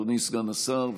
אדוני סגן השר,